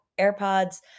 AirPods